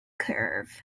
curve